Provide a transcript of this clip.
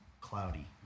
cloudy